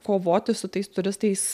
kovoti su tais turistais